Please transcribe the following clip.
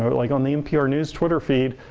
but like on the npr news twitter feed,